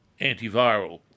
antiviral